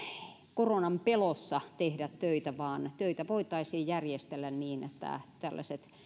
koronan pelossa tehdä töitä vaan töitä voitaisiin järjestellä niin että tällaisille henkilöille